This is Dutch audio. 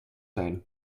zijn